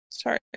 sorry